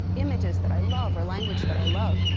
images that i love, or language that i love.